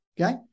Okay